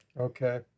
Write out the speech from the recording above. Okay